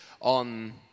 On